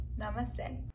Namaste